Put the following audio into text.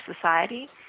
society